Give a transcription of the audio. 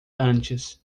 antes